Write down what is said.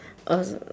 oh s~